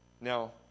Now